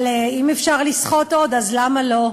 אבל אם אפשר לסחוט עוד, אז למה לא?